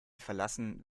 verlassen